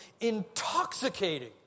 intoxicating